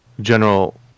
general